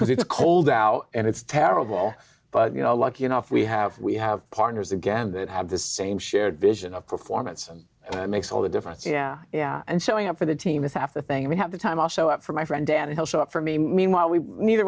because it's cold out and it's terrible but you know lucky enough we have we have partners again that have the same shared vision of performance and it makes all the difference yeah yeah and showing up for the team is half the thing we have the time i'll show up for my friend dan he'll show up for me meanwhile we neither